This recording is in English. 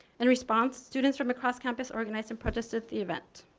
in response students from across campus organize and participate the event.